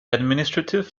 administrative